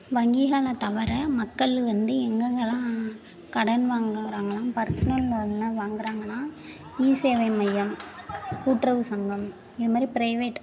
வங்கிகளை தவிர மக்கள் வந்து எங்கெங்கெல்லாம் கடன் வாங்க வர்றாங்கலாம் பர்ஸ்னல் லோனெலாம் வாங்குறாங்கனால் இ சேவை மையம் கூட்டுறவு சங்கம் இதுமாதிரி ப்ரைவேட்